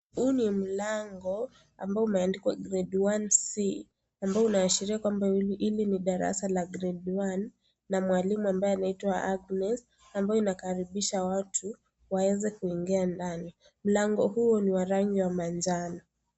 Huu ni mlango ambao umendikwa (CS)grade 1C(CS),ambao unaashiria kwamba hili ni darasa la (CS)grade 1 (CS)na mawalimu ambaye anaitwa Agnes ambao anakaribisha watu waweze kuingia ndani. Mlango huu ni wa rangi manjano.